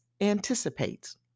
anticipates